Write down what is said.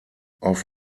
auf